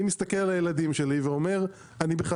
אני מסתכל על הילדים שלי ואומר: אני בכלל